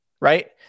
right